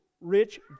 rich